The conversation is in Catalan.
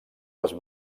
les